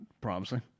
promising